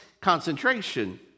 concentration